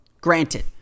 Granted